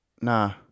Nah